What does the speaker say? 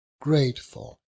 grateful